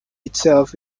itself